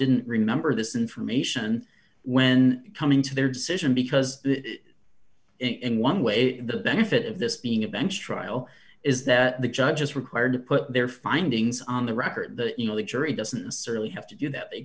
didn't remember this information when coming to their decision because in one way the benefit of this being a bench trial is that the judge is required to put their findings on the record that you know the jury doesn't necessarily have to do that they